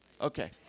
Okay